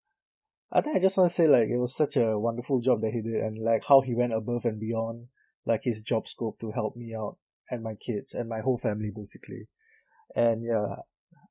I think I just wanna say like it was such a wonderful job that he did and like how he went above and beyond like his job scope to help me out and my kids and my whole family basically and ya